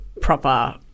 proper